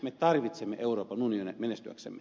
me tarvitsemme euroopan unionia menestyäksemme